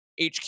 HQ